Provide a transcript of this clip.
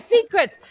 secrets